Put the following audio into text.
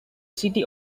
city